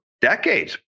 decades